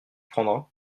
prendras